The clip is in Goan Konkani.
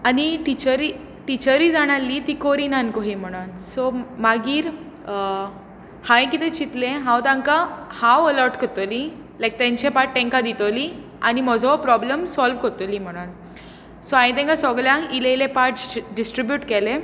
आनी टिचरी टिचरीय जाणां आसली ती करनात कशी म्हणून सो मागीर हांवें कितें चितलें हांव तांकां हांव अलोट करतलो लायक तांची पाट तांकां दितोली आनी म्हजो प्रोब्लेम सोल्व करतलो म्हणून सो हांवें तांकां सगल्यांक इल्लें इल्लें पाट डिस्ट्रिब्यूट केले